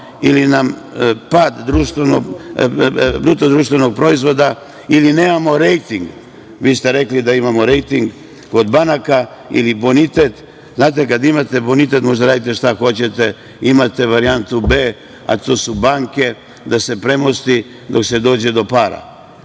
ili imamo pad BDP ili nemamo rejting. Vi ste rekli da imamo rejting kod banaka ili bonitet. Znate, kada imate bonitet možete da radite šta hoćete, imate varijantu B, a to su banke, da se premosti dok se dođe do para.